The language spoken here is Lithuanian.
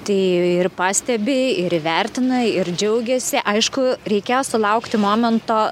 tai ir pastebi ir įvertina ir džiaugiasi aišku reikėjo sulaukti momento